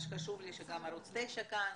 מה שחשוב לי שגם ערוץ 9 כאן,